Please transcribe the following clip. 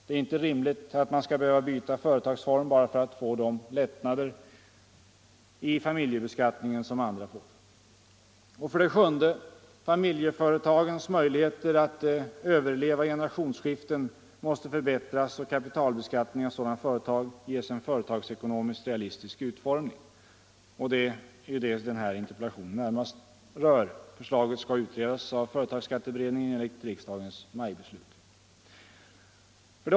Det är inte rimligt att man skall behöva byta företagsform bara för att få de lättnader i familjebeskattningen som andra får. 7. Familjeföretagens möjligheter att överleva generationsskiften måste förbättras och kapitalbeskattningen i sådana företag ges en företagsekonomiskt realistisk utformning. Det är ju detta som den här interpellationen närmast rör. Förslaget skall utredas av företagsskatteberedningen enligt riksdagens majbeslut.